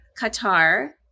Qatar